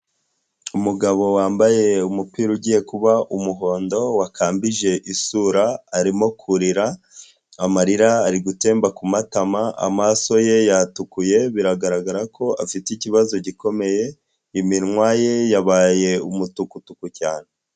Umugabo wambaye umupira ugiye kuba umuhondo wakambije isura arimo kurira, amarira ari gutemba ku matama amaso ye yatukuye biragaragara ko afite ikibazo gikomeye iminwa ye yabaye umutukutuku cyane.